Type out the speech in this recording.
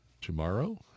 tomorrow